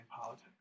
politics